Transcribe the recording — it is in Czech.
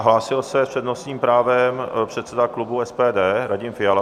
Hlásil se s přednostním právem předseda klubu SPD Radim Fiala.